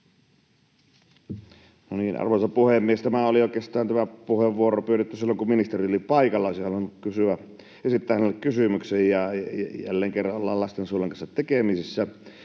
Arvoisa puhemies! Tämä puheenvuoro oli oikeastaan pyydetty silloin, kun ministeri oli paikalla. Olisin halunnut esittää hänelle kysymyksen, kun jälleen kerran ollaan lastensuojelun kanssa tekemisissä,